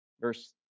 verse